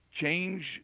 change